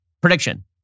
prediction